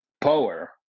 power